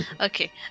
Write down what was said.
Okay